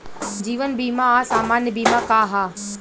जीवन बीमा आ सामान्य बीमा का ह?